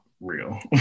real